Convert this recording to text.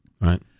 Right